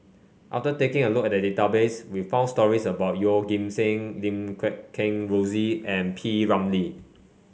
after taking a look at the database we found stories about Yeoh Ghim Seng Lim Guat Kheng Rosie and P Ramlee